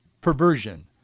perversion